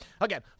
Again